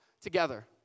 together